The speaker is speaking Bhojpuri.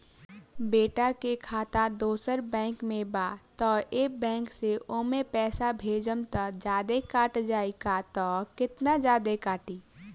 बेटा के खाता दोसर बैंक में बा त ए बैंक से ओमे पैसा भेजम त जादे कट जायी का त केतना जादे कटी?